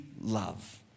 love